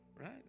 Right